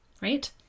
right